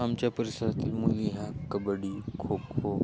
आमच्या परिसरातील मुली हा कबड्डी खो खो